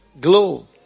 Glow